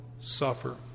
suffer